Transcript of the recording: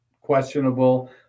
questionable